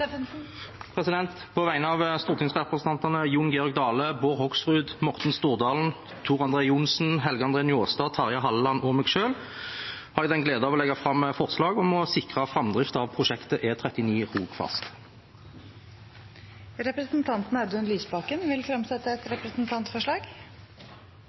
På vegne av stortingsrepresentantene Jon Georg Dale, Bård Hoksrud, Morten Stordalen, Tor André Johnsen, Helge André Njåstad, Terje Halleland og meg selv har jeg den glede å legge fram forslag om å sikre framdrift av prosjektet E39 Rogfast. Representanten Audun Lysbakken vil framsette et